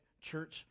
church